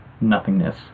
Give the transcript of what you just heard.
nothingness